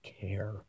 care